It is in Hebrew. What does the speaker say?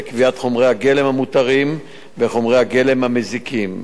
קביעת חומרי הגלם המותרים וחומרי הגלם המזיקים.